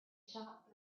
shop